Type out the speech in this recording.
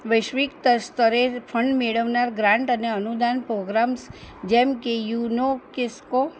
વૈશ્વિક તર સ્તરે ફંડ મેળવનાર ગ્રાન્ટ અને અનુદાન પોગ્રામ્સ જેમકે યુનો કેસકો